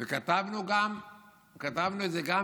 כתבנו את זה גם